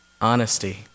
honesty